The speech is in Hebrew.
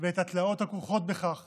ואת התלאות הכרוכות בכך